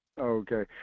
Okay